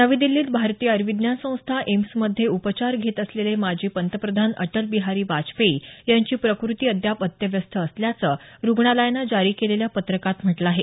नवी दिल्लीत भारतीय आयुर्विज्ञान संस्था एम्समध्ये उपचार घेत असलेले माजी पंतप्रधान अटलबिहारी वाजपेयी यांची प्रकृती अद्याप अत्यवस्थ असल्याचं रुग्णालयानं जारी केलेल्या पत्रकात म्हटलं आहे